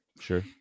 sure